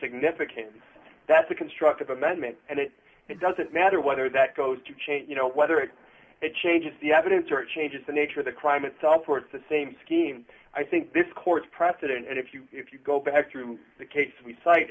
significance that's a constructive amendment and it doesn't matter whether that goes to change you know whether it changes the evidence or changes the nature of the crime itself or it's the same scheme i think this court's precedent and if you if you go back through the case we cite